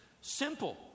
Simple